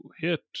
hit